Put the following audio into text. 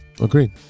Agreed